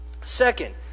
second